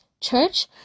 church